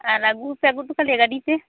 ᱟᱨ ᱟᱹᱜᱩ ᱯᱮ ᱟᱹᱜᱩ ᱚᱴᱚ ᱠᱟᱞᱮᱭᱟ ᱜᱟᱹᱰᱤᱛᱮ